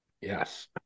Yes